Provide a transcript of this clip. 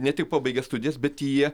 ne tik pabaigę studijas bet jie